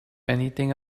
anything